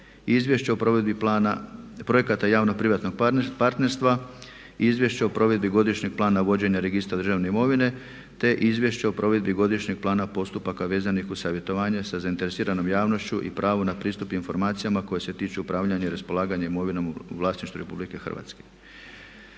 Izvješće o provedbi Plana projekata javno-privatnog partnerstva, Izvješće o provedbi Godišnjeg plana vođenja registra državne imovine te Izvješće o provedbi Godišnjeg plana postupaka vezanih uz savjetovanje sa zainteresiranom javnošću i pravo na pristup informacijama koje se tiču upravljanja i raspolaganjem imovinom u vlasništvu Republike Hrvatske.